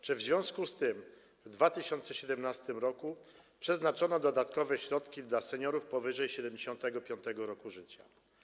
Czy w związku z tym w 2017 r. przeznaczono dodatkowe środki dla seniorów powyżej 75. roku życia?